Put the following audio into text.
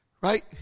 right